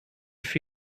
feet